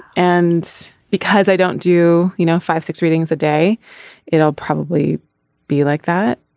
and because i don't do you know five six readings a day it'll probably be like that.